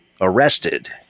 arrested